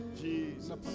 Jesus